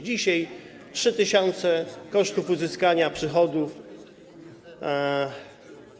Dzisiaj 3 tys. kosztów uzyskania przychodów.